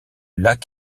lac